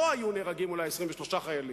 אולי לא היו נהרגים 23 חיילים.